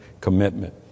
commitment